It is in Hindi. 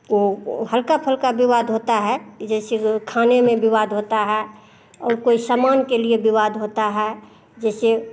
ओ हल्का फुल्का विवाद होता है कि जैसे खाने में विवाद होता है और कोई खाने में विवाद होता है और कोई सामान के लिए विवाद होता है जैसे